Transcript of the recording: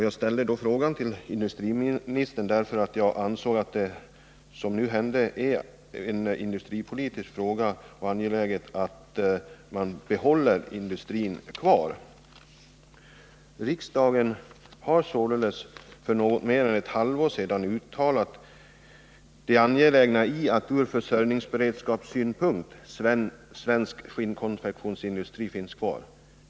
Jag ställde min fråga till industriministern, eftersom jag anser att det ur industripolitisk synpunkt är angeläget att bibehålla denna industri. Riksdagen har alltså för något mer än ett halvår sedan uttalat att det ur försörjningsberedskapssynpunkt är angeläget att svensk skinnkonfektionsindustri finns kvar.